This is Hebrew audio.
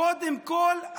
קודם כול,